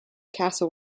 castle